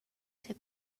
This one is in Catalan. ser